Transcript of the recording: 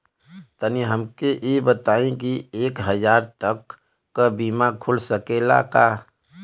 तनि हमके इ बताईं की एक हजार तक क बीमा खुल सकेला का?